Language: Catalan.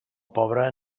pobre